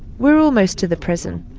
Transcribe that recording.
we're almost to the prison.